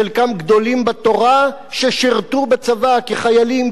חלקם גדולים בתורה ששירתו בצבא כחיילים,